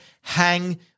hang